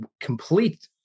complete